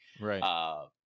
Right